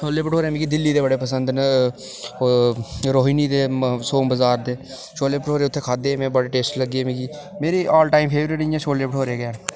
छोले भठोरे मिगी दिल्ली दे बड़े पसंद न रोहिनी दे सोम बजार दे शोले भठोरे उत्थै खाद्धे में बड़े टेस्टी लगे मिगी मेरे आल टाइम इ'यां छोले भठोरे गै न